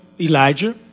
Elijah